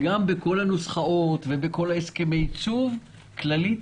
גם בכל הנוסחאות ובכל הסכמי הייצוב כללית